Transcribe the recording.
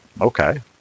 okay